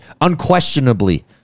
unquestionably